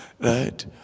right